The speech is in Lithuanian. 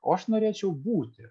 o aš norėčiau būti